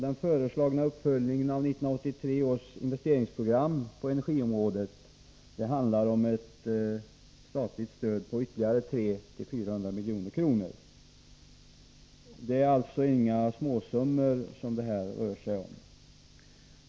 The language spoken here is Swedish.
Den föreslagna uppföljningen av 1983 års investeringsprogram på energiområdet handlar om ett statligt stöd på ytterligare 300-400 milj.kr. Det är alltså inga småsummor det rör sig om.